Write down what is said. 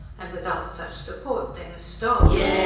and without such support they must starve.